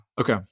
okay